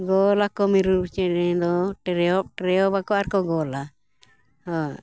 ᱜᱚᱞᱟ ᱠᱚ ᱢᱤᱨᱩ ᱪᱮᱬᱮ ᱫᱚ ᱴᱨᱮᱭᱚᱜᱽ ᱴᱨᱮᱭᱚᱜᱽ ᱟᱠᱚ ᱟᱨᱠᱚ ᱜᱳᱞᱟ ᱦᱳᱭ